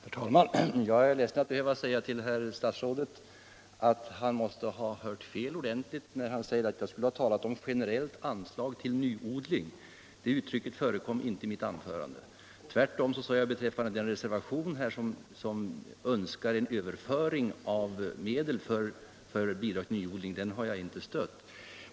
Herr talman! Jag är ledsen att behöva säga till herr statsrådet att han måste ha hört fel ordentligt när han säger att jag skulle ha talat för ett generellt anslag till nyodling. Det uttrycket förekom inte i mitt anförande. Den reservation, vari det yrkas på en överföring av medel till bidrag för nyodling, har jag inte stött.